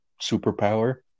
superpower